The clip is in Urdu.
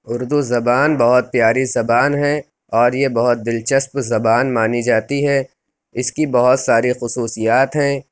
اُردو زبان بہت پیاری زبان ہے اور یہ بہت دلچسپ زبان مانی جاتی ہے اِس کی بہت ساری خصوصیات ہیں